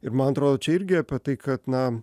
ir man atrodo čia irgi apie tai kad na